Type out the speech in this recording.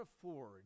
afford